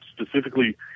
specifically